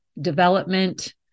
development